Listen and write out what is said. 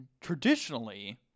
traditionally